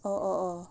oh oh oh